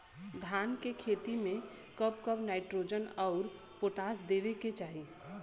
धान के खेती मे कब कब नाइट्रोजन अउर पोटाश देवे के चाही?